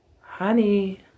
Honey